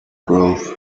grove